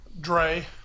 Dre